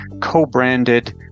co-branded